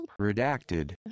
redacted